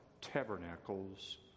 tabernacles